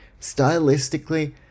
stylistically